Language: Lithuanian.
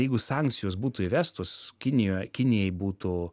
jeigu sankcijos būtų įvestos kinijoj kinijai būtų